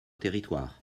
territoires